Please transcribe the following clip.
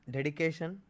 Dedication